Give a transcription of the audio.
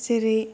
जेरै